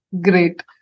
great